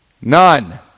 None